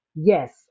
Yes